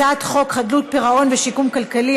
הצעת חוק חדלות פירעון ושיקום כלכלי,